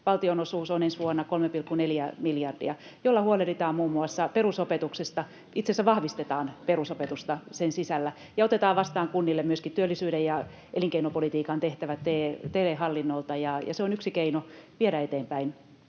valtionosuus on ensi vuonna 3,4 miljardia, jolla huolehditaan muun muassa perusopetuksesta — itse asiassa vahvistetaan perusopetusta sen sisällä — ja otetaan vastaan kunnille myöskin työllisyyden ja elinkeinopolitiikan tehtävät TE-hallinnolta. Se on yksi keino viedä eteenpäin